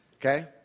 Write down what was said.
Okay